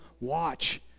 Watch